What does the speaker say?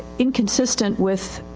inconsistent with,